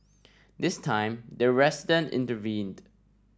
this time the resident intervened